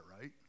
right